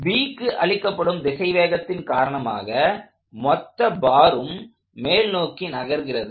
Bக்கு அளிக்கப்படும் திசைவேகத்தின் காரணமாக மொத்த பாரும் மேல்நோக்கி நகர்கிறது